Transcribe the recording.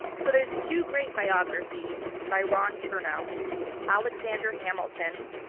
so there's two great biographies by ron chernow alexander hamilton,